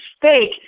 fake